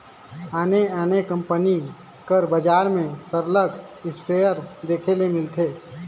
आने आने कंपनी कर बजार में सरलग इस्पेयर देखे ले मिलथे